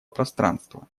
пространства